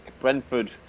Brentford